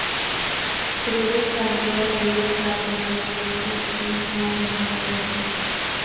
Credit card बोया debit card बनाने ले की की फॉर्म जमा करे होते?